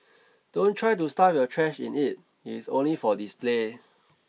don't try to stuff your trash in it it is only for display